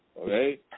Okay